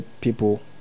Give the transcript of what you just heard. people